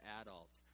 adults